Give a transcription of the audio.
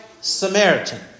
Samaritan